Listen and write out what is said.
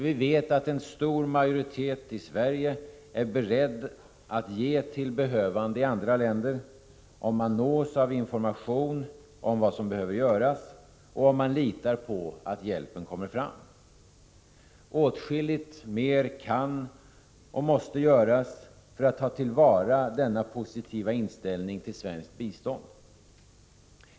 Vi vet att en stor majoritet i Sverige är beredd att ge till behövande i andra länder, om man nås av information om vad som behöver göras och om man litar på att hjälpen kommer fram. Åtskilligt mer kan och måste göras för att ta till vara denna positiva inställning till svenskt bistånd.